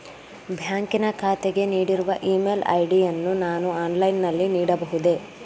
ಬ್ಯಾಂಕಿನ ಖಾತೆಗೆ ನೀಡಿರುವ ಇ ಮೇಲ್ ಐ.ಡಿ ಯನ್ನು ನಾನು ಆನ್ಲೈನ್ ನಲ್ಲಿ ನೀಡಬಹುದೇ?